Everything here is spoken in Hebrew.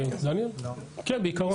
כן, בעיקרון.